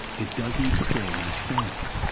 it doesn't stay the same.